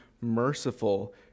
merciful